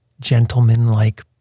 gentleman-like